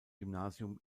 gymnasium